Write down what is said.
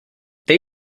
they